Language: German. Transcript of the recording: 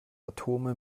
atome